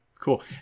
Cool